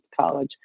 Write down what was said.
college